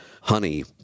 honey